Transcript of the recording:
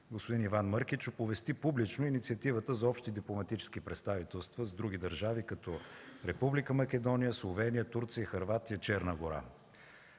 господин Иван Мъркич оповести публично инициативата за общи дипломатически представителства в други държави, като Република Македония, Словения, Турция, Хърватия и Черна гора.